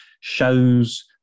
shows